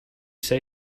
say